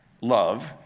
love